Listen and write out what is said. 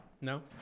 No